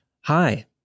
Hi